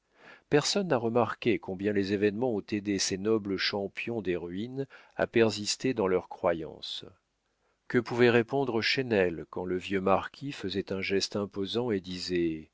personne n'a remarqué combien les événements ont aidé ces nobles champions des ruines à persister dans leurs croyances que pouvait répondre chesnel quand le vieux marquis faisait un geste imposant et disait